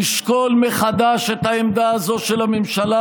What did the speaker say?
לשקול מחדש את העמדה הזאת של הממשלה